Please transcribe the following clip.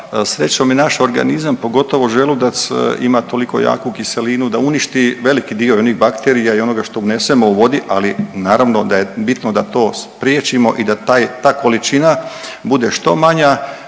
Srećom i naš organizam, pogotovo želudac ima toliko jaku kiselinu da uništi veliki dio i onih bakterija i onoga što unesemo u vodi, ali naravno da je bitno da to spriječimo i da taj, ta količina bude što manja